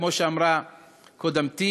כמו שאמרה קודמתי,